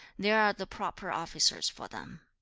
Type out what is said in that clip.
there are the proper officers for them